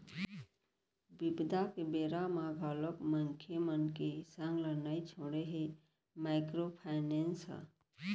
बिपदा के बेरा म घलोक मनखे मन के संग ल नइ छोड़े हे माइक्रो फायनेंस ह